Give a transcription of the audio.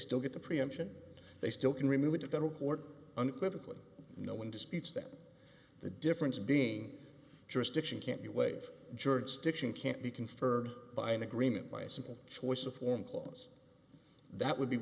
still get the preemption they still can remove it to federal court unequivocally no one disputes that the difference being jurisdiction can't you wave jurisdiction can't be conferred by an agreement by a simple choice of form clause that would be